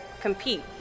compete